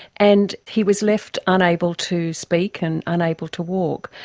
and he was left unable to speak and unable to walk.